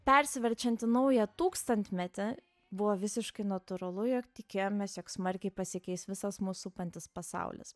persiverčiant į naują tūkstantmetį buvo visiškai natūralu jog tikėjomės jog smarkiai pasikeis visas mus supantis pasaulis